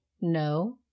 No